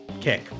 kick